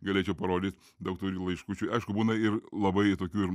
galėčiau parodyt daug turiu laiškučių aišku būna ir labai tokių ir